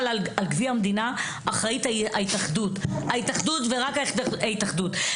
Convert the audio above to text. על גביע המדינה אחראית ההתאחדות ורק ההתאחדות.